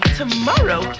tomorrow